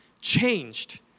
changed